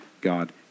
God